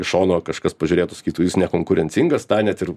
iš šono kažkas pažiūrėtų sakytų jis nekonkurencingas tą net ir